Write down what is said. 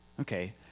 Okay